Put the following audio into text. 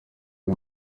ari